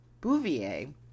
Bouvier